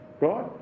right